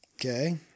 Okay